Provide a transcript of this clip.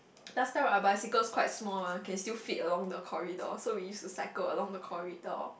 last time a bicycle quite small lah can still fit along the corridor so we use the cycle along the corridor